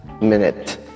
minute